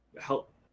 help